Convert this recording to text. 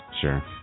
Sure